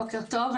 בוקר טוב.